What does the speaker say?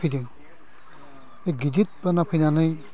फैदों बे गिदिद बाना फैनानै